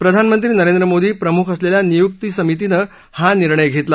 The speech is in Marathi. प्रधानमंत्री नरेंद्र मोदी प्रमुख असलेल्या नियुक्ती समितीनं हा निर्णय घेतला